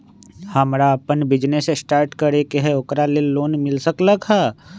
हमरा अपन business start करे के है ओकरा लेल लोन मिल सकलक ह?